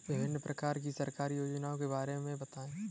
विभिन्न प्रकार की सरकारी योजनाओं के बारे में बताइए?